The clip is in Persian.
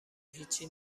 هیچی